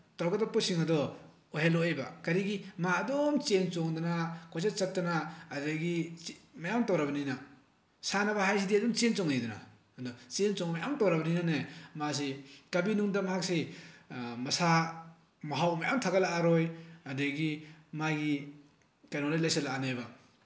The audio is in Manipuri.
ꯇꯧꯔꯛꯛꯗꯕ ꯄꯣꯠꯁꯤꯡ ꯑꯗꯣ ꯑꯣꯏꯍꯜꯂꯛꯑꯣꯏꯕ ꯀꯔꯤꯒꯤ ꯃꯥ ꯑꯗꯨꯝ ꯆꯦꯟ ꯆꯣꯡꯗꯅ ꯀꯣꯏꯆꯠ ꯆꯠꯇꯅ ꯑꯗꯒꯤ ꯃꯌꯥꯝ ꯇꯧꯔꯕꯅꯤꯅ ꯁꯥꯟꯅꯕ ꯍꯥꯏꯁꯤꯗꯤ ꯑꯗꯨꯝ ꯆꯦꯟ ꯆꯣꯡꯉꯤꯗꯅ ꯑꯗꯨ ꯆꯦꯟ ꯆꯣꯡ ꯃꯌꯥꯝ ꯇꯧꯔꯕꯅꯤꯅꯦ ꯃꯥꯁꯤ ꯀꯕꯤꯅꯨꯡꯗ ꯃꯍꯥꯛꯁꯦ ꯃꯁꯥ ꯃꯍꯥꯎ ꯃꯌꯥꯝ ꯊꯥꯒꯠꯂꯛꯑꯔꯣꯏ ꯑꯗꯒꯤ ꯃꯥꯒꯤ ꯀꯩꯅꯣꯗ ꯂꯩꯁꯤꯜꯂꯛꯑꯅꯦꯕ